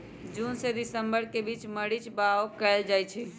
जून से दिसंबर के बीच मरीच बाओ कएल जाइछइ